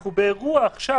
אנחנו באירוע עכשיו.